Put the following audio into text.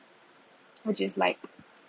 which is like